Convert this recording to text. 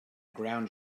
ground